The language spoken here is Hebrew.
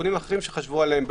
תיקונים אחרים שחשבו עליהם,